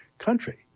country